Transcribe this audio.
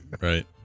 right